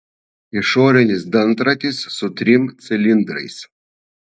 išorinis dantratis su trim cilindrais